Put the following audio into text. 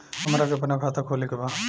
हमरा के अपना खाता खोले के बा?